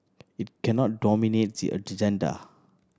it cannot dominate the agenda